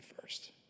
first